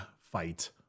fight